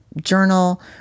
journal